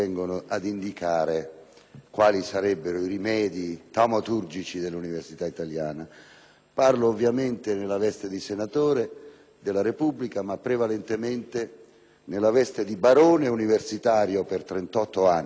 i presunti rimedi taumaturgici dell'università italiana. Parlo ovviamente nella veste di senatore della Repubblica, ma prevalentemente nella veste di barone universitario per 38 anni nell'università italiana